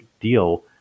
deal